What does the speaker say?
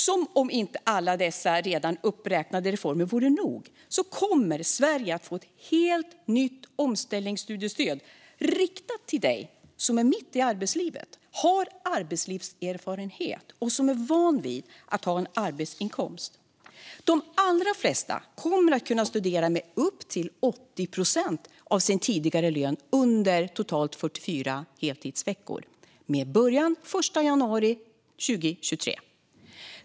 Som om inte alla de redan uppräknade reformerna vore nog kommer Sverige att få ett helt nytt omställningsstudiestöd, riktat till dig som är mitt i arbetslivet, har arbetslivserfarenhet och är van vid att ha en arbetsinkomst. De allra flesta kommer att kunna studera med upp till 80 procent av sin tidigare lön under totalt 44 heltidsveckor med början den 1 januari 2023.